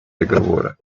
договора